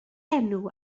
enw